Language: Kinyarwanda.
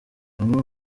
bamwe